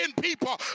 people